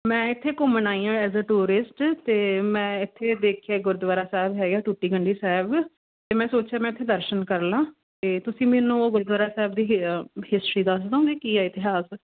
ਮੈਂ ਇੱਥੇ ਘੁੰਮਣ ਆਈ ਹਾਂ ਐਜ਼ ਆ ਟੂਰਿਸਟ ਅਤੇ ਮੈਂ ਇੱਥੇ ਦੇਖਿਆ ਗੁਰਦੁਆਰਾ ਸਾਹਿਬ ਹੈਗੇ ਟੁੱਟੀ ਗੰਢੀ ਸਾਹਿਬ ਅਤੇ ਮੈਂ ਸੋਚਿਆ ਮੈਂ ਇੱਥੇ ਦਰਸ਼ਨ ਕਰ ਲਵਾਂ ਅਤੇ ਤੁਸੀਂ ਮੈਨੂੰ ਉਹ ਗੁਰਦੁਆਰਾ ਸਾਹਿਬ ਦੀ ਹਿ ਹਿਸਟਰੀ ਦੱਸ ਦਿਉਂਗੇ ਕੀ ਹੈ ਇਤਿਹਾਸ